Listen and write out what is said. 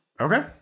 Okay